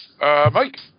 Mike